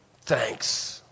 thanks